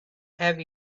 have